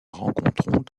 rencontrons